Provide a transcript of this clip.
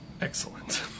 Excellent